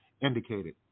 indicated